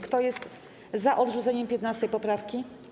Kto jest za odrzuceniem 15. poprawki?